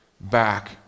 back